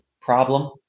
problem